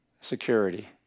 security